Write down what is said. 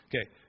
Okay